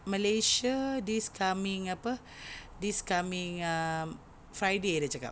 Malaysia this coming apa this coming uh Friday dia cakap